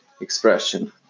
expression